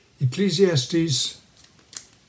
Ecclesiastes